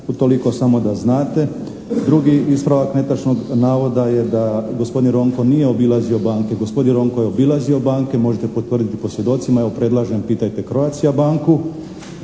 Utoliko samo da znate. Drugi ispravak netočnog navoda je da gospodin Ronko nije oblizao banke. Gospodin Ronko je obilazio banke, možete potvrditi po svjedocima, evo predlažem pitajte "Croatia" banku.